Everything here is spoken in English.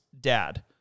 dad